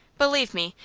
believe me,